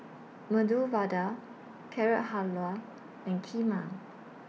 Medu Vada Carrot Halwa and Kheema